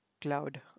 cloud